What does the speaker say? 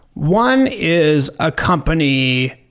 one is a company,